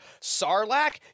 Sarlacc